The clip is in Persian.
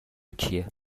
کیه